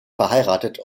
verheiratet